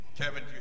Kevin